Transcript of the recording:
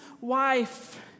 wife